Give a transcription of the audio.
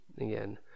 again